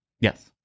yes